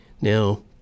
Now